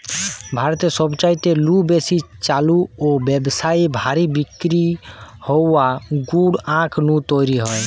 ভারতে সবচাইতে নু বেশি চালু ও ব্যাবসায়ী ভাবি বিক্রি হওয়া গুড় আখ নু তৈরি হয়